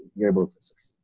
you're able to six,